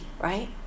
right